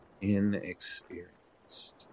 Inexperienced